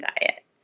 diet